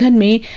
and me